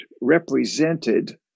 represented